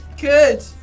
Good